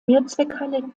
mehrzweckhalle